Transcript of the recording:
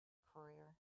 career